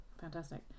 fantastic